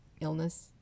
illness